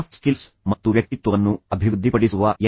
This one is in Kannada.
ಸಾಫ್ಟ್ ಸ್ಕಿಲ್ಸ್ ಮತ್ತು ವ್ಯಕ್ತಿತ್ವವನ್ನು ಅಭಿವೃದ್ಧಿಪಡಿಸುವ ಎನ್